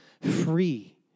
free